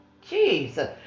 Jesus